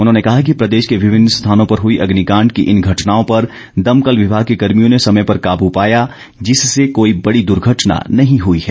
उन्होंने कहा कि प्रदेश के विभिन्न स्थानों पर हुई अग्निकांड की इन घटनाओं पर दमकल विभाग के कैर्मियों ने समय पर काब पाया जिससे कोई बडी दर्घटना नहीं हई है